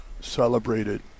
celebrated